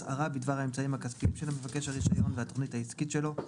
הצהרה בדבר התנאים הכספיים של מבקש הרישיון והתוכנית העסקית שלו.